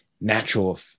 natural